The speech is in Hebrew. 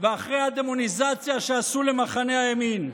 ואחרי הדמוניזציה שעשו למחנה הימין.